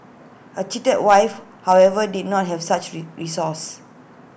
A cheated wife however did not have such re resource